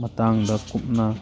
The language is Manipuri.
ꯃꯇꯥꯡꯗ ꯀꯨꯞꯅ